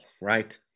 right